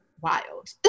wild